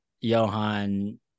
johan